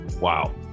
Wow